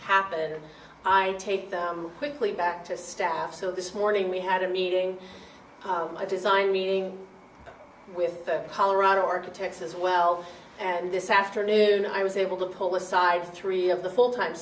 happen i take quickly back to staff so this morning we had a meeting i designed meeting with colorado architects as well and this afternoon i was able to pull aside three of the full time